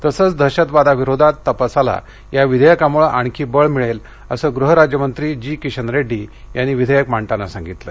तसंच दहशतवादाविरोधात तपासाला या विधेयकामुळे आणखी बळमिळेल असं गृह राज्य मंत्री जी किशन रेड्डी यांनी हे विधेयक मांडताना सांगितलं